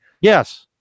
Yes